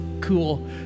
cool